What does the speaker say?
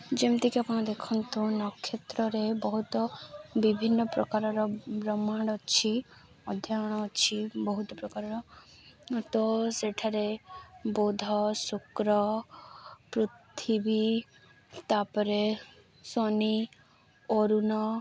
ଯେମିତିକି ଆପଣ ଦେଖନ୍ତୁ ନକ୍ଷେତ୍ରରେ ବହୁତ ବିଭିନ୍ନ ପ୍ରକାରର ବ୍ରହ୍ମାଣ୍ଡ ଅଛି ଅଧ୍ୟୟନ ଅଛି ବହୁତ ପ୍ରକାରର ତ ସେଠାରେ ବୁଧ ଶୁକ୍ର ପୃଥିବୀ ତାପରେ ଶନି ଅରୁଣ